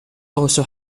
also